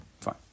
fine